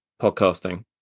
podcasting